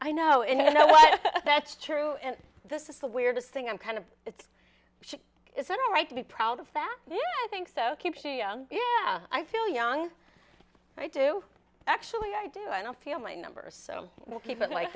i know in the know what if that's true and this is the weirdest thing i'm kind of it's it's not right to be proud of the fact i think so keeps you young yeah i feel young i do actually i do i don't feel my numbers so we'll keep it like